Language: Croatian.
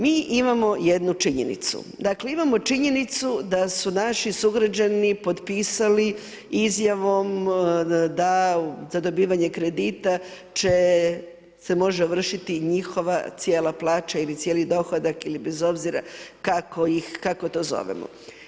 Mi imamo jednu činjenicu, dakle imamo činjenicu da su naši sugrađani potpisali izjavom da za dobivanje kredita će se može ovršiti njihova cijela plaća ili cijeli dohodak ili bez obzira kako to zovemo.